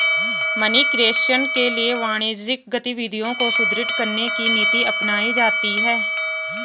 money creation के लिए वाणिज्यिक गतिविधियों को सुदृढ़ करने की नीति अपनाई जाती है